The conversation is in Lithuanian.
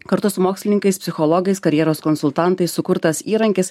kartu su mokslininkais psichologais karjeros konsultantais sukurtas įrankis